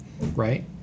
right